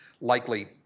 likely